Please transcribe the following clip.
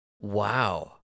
Wow